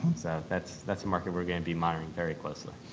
that's that's a market we're going to be monitoring very closely.